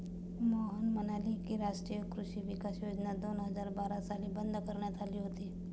मोहन म्हणाले की, राष्ट्रीय कृषी विकास योजना दोन हजार बारा साली बंद करण्यात आली होती